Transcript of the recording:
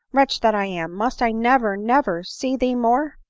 wretch that i am! must i never, never see thee more!